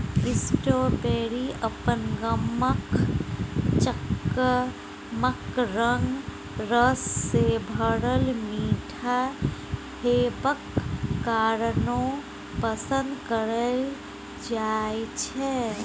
strawberry अपन गमक, चकमक रंग, रस सँ भरल मीठ हेबाक कारणेँ पसंद कएल जाइ छै